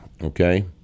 okay